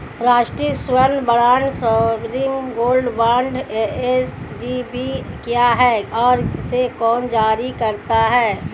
राष्ट्रिक स्वर्ण bond sovereign gold bond SGB क्या है और इसे कौन जारी करता है?